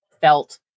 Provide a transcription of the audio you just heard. felt